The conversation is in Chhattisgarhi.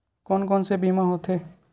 कोन कोन से बीमा होथे?